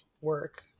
work